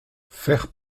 faire